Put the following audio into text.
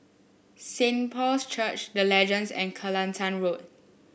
Saint Paul's Church The Legends and Kelantan Road